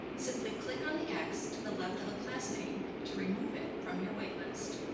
simply click on the x to the left of the class name to remove it from your waitlist.